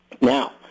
Now